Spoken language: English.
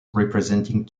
representing